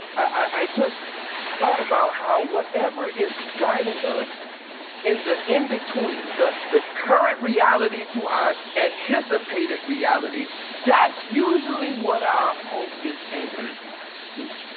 i just thought about how whatever is guiding us in the in-between, the the current reality to our anticipated reality, that's usually what our hope is anchored to.